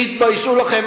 תתביישו לכם.